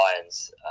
Lions